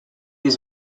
was